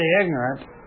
ignorant